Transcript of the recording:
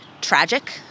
Tragic